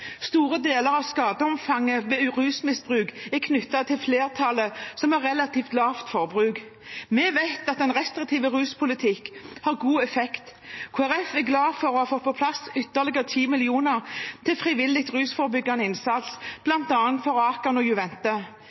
Store deler av skadeomfanget ved rusmisbruk er knyttet til flertallet, som har relativt lavt forbruk. Vi vet at en restriktiv ruspolitikk har god effekt. Kristelig Folkeparti er glad for å ha fått på plass ytterligere 10 mill. kr til frivillig rusforebyggende innsats, bl.a. til AKAN og Juvente.